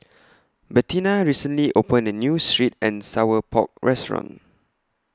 Bettina recently opened A New Sweet and Sour Pork Restaurant